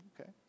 okay